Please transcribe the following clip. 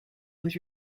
was